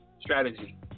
strategy